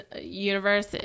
universe